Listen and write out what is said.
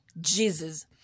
Jesus